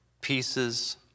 pieces